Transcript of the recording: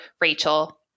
Rachel